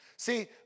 See